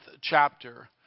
chapter